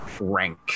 rank